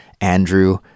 Andrew